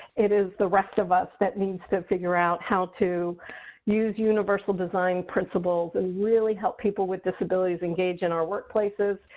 it is the rest of us that needs to figure out how to use universal design principles and really help people with disabilities engage in our workplaces,